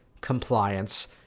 compliance